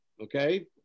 okay